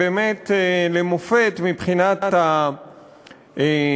שהם באמת למופת מבחינת המסירות,